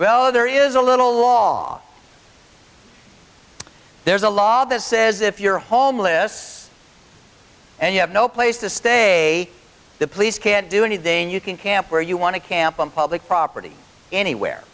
well there is a little law there's a law that says if you're homeless and you have no place to stay the police can't do anything you can camp where you want to camp on public property anywhere